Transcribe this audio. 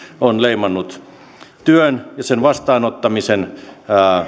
on leimannut työ ja sen vastaanottaminen